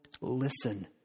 listen